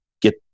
get